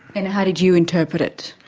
and how did you interpret it?